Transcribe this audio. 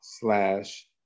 slash